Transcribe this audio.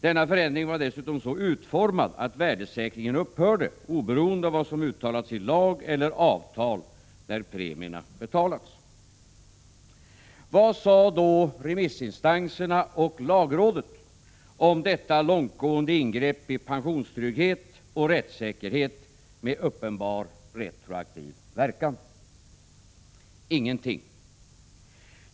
Denna ändring var dessutom så utformad, att värdesäkringen upphörde oberoende av vad som uttalats i lag eller avtal när premierna betalats. Vad sade då remissinstanserna och lagrådet om detta långtgående ingrepp i pensionstrygghet och rättssäkerhet med uppenbar retroaktiv verkan? Ingenting!